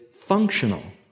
functional